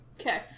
Okay